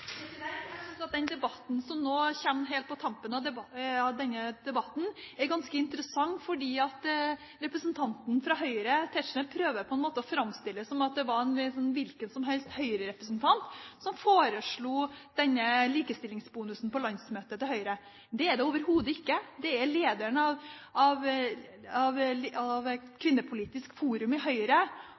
redusert. Jeg synes at den debatten som kommer helt på tampen, er ganske interessant, fordi representanten fra Høyre, Tetzschner, prøver på en måte å framstille det som at det var en hvilken som helst Høyre-representant som foreslo denne likestillingsbonusen på Høyres landsmøte. Det er det overhodet ikke. Det er lederen av kvinnepolitisk forum i Høyre